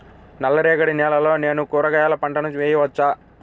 నల్ల రేగడి నేలలో నేను కూరగాయల పంటను వేయచ్చా?